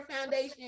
foundation